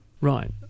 Right